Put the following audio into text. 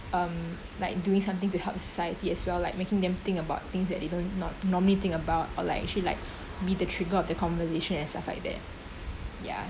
um like doing something to help society as well like making them think about things that they don't not normally think about or like actually like me to trigger the conversation and stuff like that ya